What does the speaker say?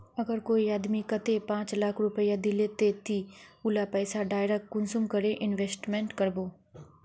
अगर कोई आदमी कतेक पाँच लाख रुपया दिले ते ती उला पैसा डायरक कुंसम करे इन्वेस्टमेंट करबो?